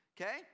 Okay